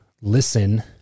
listen